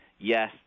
yes